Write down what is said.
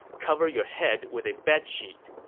cover your head with a bedsheet.